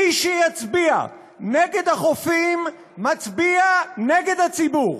מי שיצביע נגד החופים מצביע נגד הציבור.